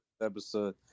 episode